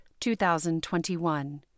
2021